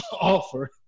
offer